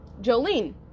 Jolene